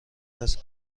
است